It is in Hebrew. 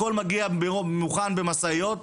הכל מגיע מוכן במשאיות,